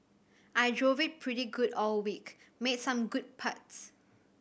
I drove it pretty good all week made some good putts